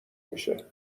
میشه